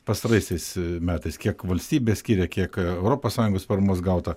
pastaraisiais metais kiek valstybė skiria kiek europos sąjungos paramos gauta